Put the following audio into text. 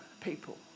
people